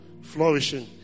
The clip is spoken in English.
flourishing